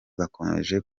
bakomeje